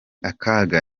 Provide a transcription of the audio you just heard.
akaga